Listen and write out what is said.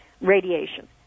radiation